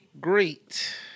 great